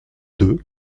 deux